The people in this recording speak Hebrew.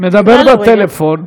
הוא מדבר בפלאפון.